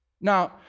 now